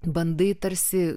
bandai tarsi